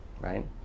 Right